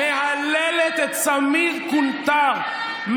מהללת את סמיר קונטאר,